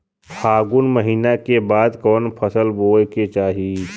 फागुन महीना के बाद कवन फसल बोए के चाही?